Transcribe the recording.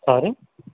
sorry